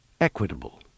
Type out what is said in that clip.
equitable